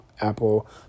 Apple